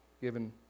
given